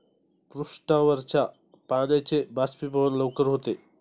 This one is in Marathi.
पृष्ठावरच्या पाण्याचे बाष्पीभवन लवकर होते